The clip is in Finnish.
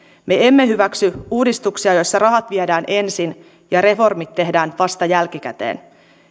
me emme hyväksy uudistuksia joissa rahat viedään ensin ja reformit tehdään vasta jälkikäteen